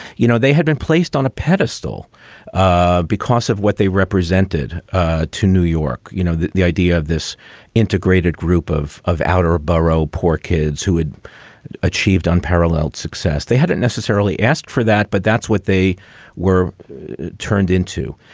you know, they had been placed on a pedestal ah because of what they represented to new york you know, the the idea of this integrated group of of outer boroughs, poor kids who had achieved unparalleled success, they hadn't necessarily asked for that, but that's what they were turned into.